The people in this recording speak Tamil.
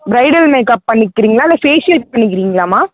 ப்ரைடல் மேக்கப் பண்ணிக்கிறீங்களா ஃபேஷியல் பண்ணிக்கிறீங்களாம்மா